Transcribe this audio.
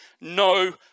No